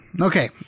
Okay